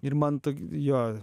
ir man jo